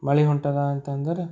ಮಳೆ ಹೊಂಟದ ಅಂತ ಅಂದರೆ